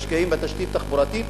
משקיעים בתשתית תחבורתית,